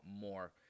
more